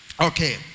Okay